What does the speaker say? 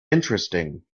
interesting